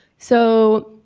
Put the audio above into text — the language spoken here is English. so,